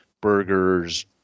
burgers